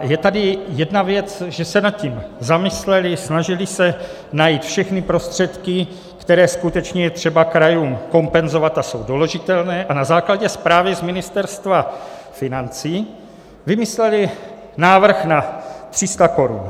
Je tady jedna věc, že se nad tím zamysleli, snažili se najít všechny prostředky, které skutečně je třeba krajům kompenzovat a jsou doložitelné, a na základě zprávy z Ministerstva financí vymysleli návrh na 300 korun.